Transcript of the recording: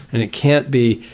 and it can't be,